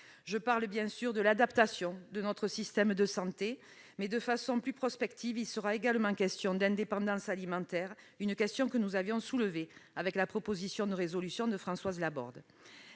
Je pense bien sûr à l'adaptation de notre système de santé. De façon plus prospective, se posera également la question de l'indépendance alimentaire, que nous avions d'ailleurs soulevée avec la proposition de résolution de Françoise Laborde,